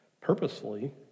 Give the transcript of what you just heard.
purposely